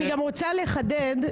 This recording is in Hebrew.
אני גם רוצה לחדד.